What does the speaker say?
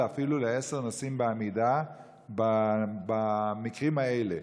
של אפילו עשרה נוסעים בעמידה במקרים האלה,